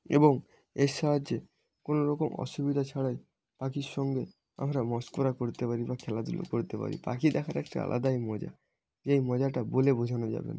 এবং এর সাহায্যে কোনো রকম অসুবিধা ছাড়াই পাখির সঙ্গে আমরা মশকরা করতে পারি বা খেলাধুলো করতে পারি পাখি দেখার একটা আলাদাই মজা এই মজাটা বলে বোঝানো যাবে না